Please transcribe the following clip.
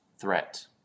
threat